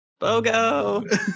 BOGO